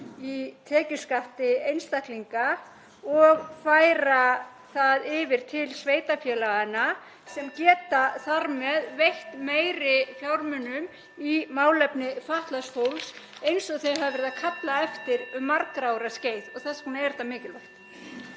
í tekjuskatti einstaklinga og færa þá yfir til sveitarfélaganna sem geta þar með veitt meiri fjármuni í málefni fatlaðs fólks eins og þau hafa verið að kalla eftir um margra ára skeið. Þess vegna er þetta mikilvægt.